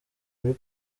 muri